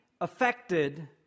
affected